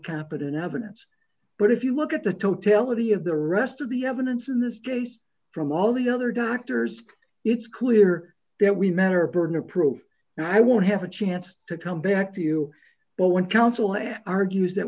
competent evidence but if you look at the totality of the rest of the evidence in this case from all the other doctors it's clear that we met her burden of proof and i won't have a chance to come back to you but when counsel and argues that